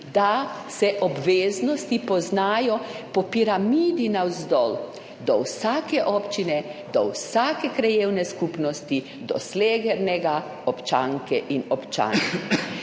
da se obveznosti poznajo po piramidi navzdol do vsake občine, do vsake krajevne skupnosti, do slehernega občanke in občana,